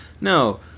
No